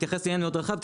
מתייחס לעניין מאוד רחב.